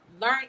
Learn